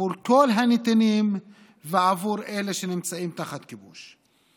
עבור כל הנתינים ועבור אלה שנמצאים תחת כיבוש.